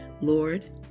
Lord